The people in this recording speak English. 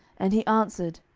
and he answered,